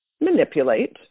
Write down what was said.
manipulate